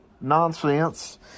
nonsense